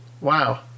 Wow